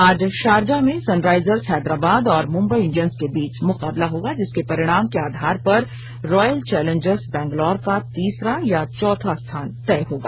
आज शारजाह में सनराइजर्स हैदराबाद और मुम्बई इंडियंस के बीच मुकाबला होगा जिसके परिणाम के आधार पर रॉयल चैलेंजर्स बंगलौर का तीसरा या चौथा स्थान तय होगा